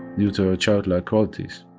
due to her childlike qualities.